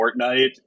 Fortnite